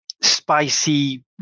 spicy